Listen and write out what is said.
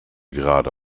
gerade